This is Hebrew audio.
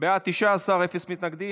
בקריאה טרומית,